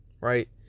Right